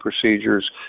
procedures